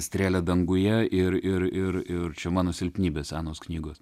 strėlę danguje ir ir ir ir čia mano silpnybė senos knygos